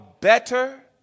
better